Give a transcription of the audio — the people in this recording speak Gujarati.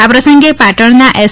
આ પ્રસંગે પાટણના એસ